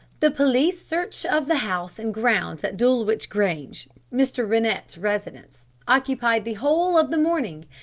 the police search of the house and grounds at dulwich grange, mr. rennett's residence, occupied the whole of the morning,